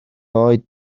oed